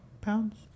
pounds